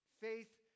Faith